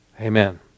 Amen